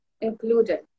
included